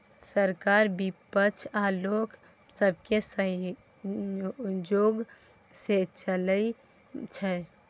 सरकार बिपक्ष आ लोक सबके सहजोग सँ चलइ छै